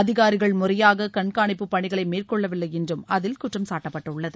அதிகாரிகள் முறையாக கண்காணிப்பு பணிகளை மேற்கொள்ளவில்லை என்று அதில் குற்றம் சாட்டப்பட்டுள்ளது